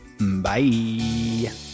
bye